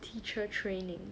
teacher training